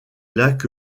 lac